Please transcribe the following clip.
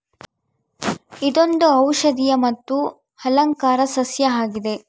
ಇದೊಂದು ಔಷದಿಯ ಮತ್ತು ಅಲಂಕಾರ ಸಸ್ಯ ಆಗಿದೆ